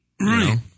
Right